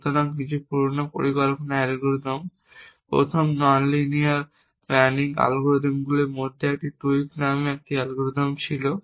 সুতরাং কিছু পুরানো পরিকল্পনা অ্যালগরিদম প্রথম ননলাইনার প্ল্যানিং অ্যালগরিদমগুলির মধ্যে একটি টুইক নামে একটি অ্যালগরিদম ছিল